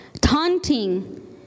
taunting